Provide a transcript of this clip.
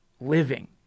living